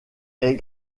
est